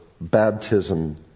baptism